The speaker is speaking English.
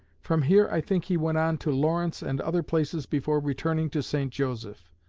from here i think he went on to lawrence and other places before returning to st. joseph,